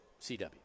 CW